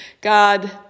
God